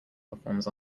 performs